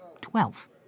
Twelve